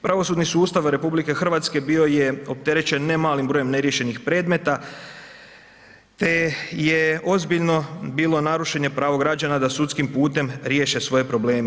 Pravosudni sustav RH bio je opterećen ne malim brojem ne riješenih predmeta te je ozbiljno bilo narušeno pravo građana da sudskim putem riješe svoje probleme.